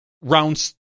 rounds